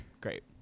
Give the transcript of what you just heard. Great